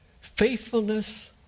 faithfulness